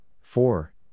four